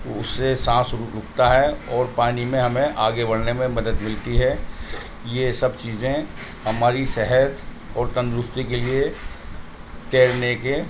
اس سے سانس رکتا ہے اور پانی میں ہمیں آگے بڑھنے میں مدد ملتی ہے یہ سب چیزیں ہماری صحت اور تندرستی کے لیے تیرنے کے